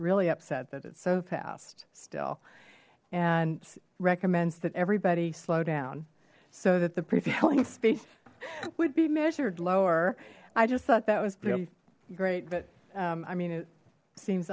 really upset that it's so fast still and recommends that everybody slow down so that the previous speed would be measured lower i just thought that was really great but i mean it seems